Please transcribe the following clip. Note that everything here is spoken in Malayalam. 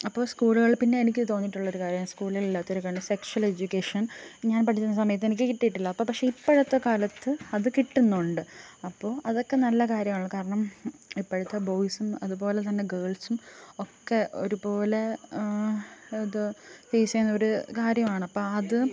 അപ്പോൾ സ്കൂളുകളിൽ പിന്നെ എനിക്ക് തോന്നിയിട്ടുള്ളൊരു കാര്യം സ്കൂളുകളിൽ ഇല്ലാത്തൊരു കാര്യം സെക്ഷ്വൽ എഡ്യൂക്കേഷൻ ഞാൻ പഠിച്ചിരുന്ന സമയത്ത് എനിക്ക് കിട്ടിയിട്ടില്ല അപ്പം പക്ഷെ ഇപ്പോഴത്തെ കാലത്ത് അതു കിട്ടുന്നുണ്ട് അപ്പോൾ അതൊക്കെ നല്ല കാര്യമാണ് കാരണം ഇപ്പോഴത്തെ ബോയ്സും അതു പോലെ തന്നെ ഗേൾസും ഒക്കെ ഒരുപോലെ ഏത് ഫേയ്സ് ചെയ്യുന്ന ഒരു കാര്യമാണ് അപ്പം അത്